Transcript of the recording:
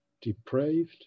depraved